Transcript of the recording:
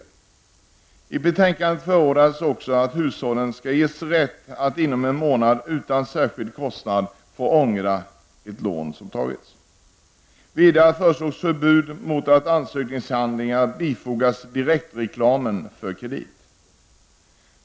I detta betänkande förordas också att hushållen skall ges rätt att inom en månad utan särskild kostnad få ångra ett lån som har tagits. Vidare föreslås ett förbud mot att ansökningshandlingar bifogas direktreklamen för kredit.